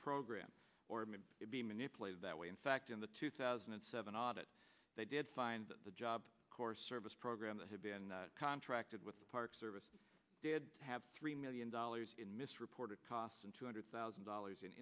program or it may be manipulated that way in fact in the two thousand and seven audit they did find that the job corps service program that had been contracted with the park service i have three million dollars in misreported costs and two hundred thousand dollars in